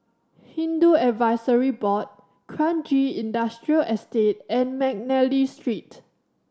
Hindu Advisory Board Kranji Industrial Estate and McNally Street